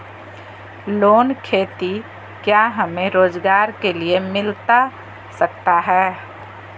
Loan खेती क्या हमें रोजगार के लिए मिलता सकता है?